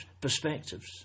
perspectives